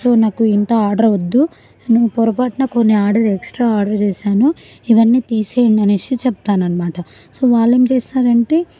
so నాకు ఇంత order వద్దు నేను పొరపాటున కొన్ని ఆర్డర్ ఎక్స్ట్రా ఆర్డర్ చేశాను ఇవన్నీ తీసేయండి అనేసి చెప్తాను అనమాట సో వాళ్ళేం చేస్తారంటే